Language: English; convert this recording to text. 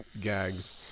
gags